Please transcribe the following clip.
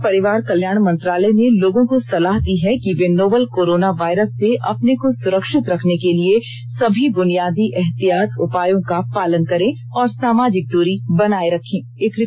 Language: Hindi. स्वास्थ्य और परिवार कल्याण मंत्रालय ने लोगों को सलाह दी है कि वे नोवल कोरोना वायरस से अपने को सुरक्षित रखने के लिए सभी बुनियादी एहतियात उपायों का पालन करें और सामाजिक दूरी बनाए रखें